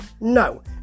No